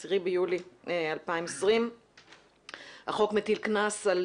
ב-10 ביולי 2020. החוק מטיל קנס על